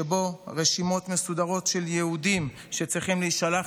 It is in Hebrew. שבו רשימות מסודרות של יהודים שצריכים להישלח